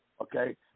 okay